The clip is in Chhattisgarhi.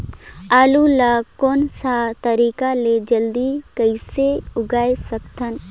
आलू ला कोन सा तरीका ले जल्दी कइसे उगाय सकथन?